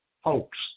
hoax